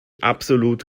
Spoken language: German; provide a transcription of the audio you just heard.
absolut